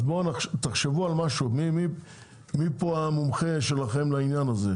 אז תחשבו על משהו, מי פה המומחה שלכם לעניין הזה?